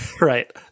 right